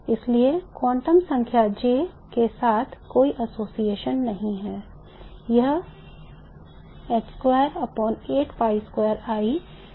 इसलिए क्वांटम संख्या J के साथ कोई association नहीं है